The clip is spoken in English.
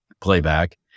playback